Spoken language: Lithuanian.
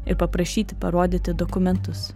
ir paprašyti parodyti dokumentus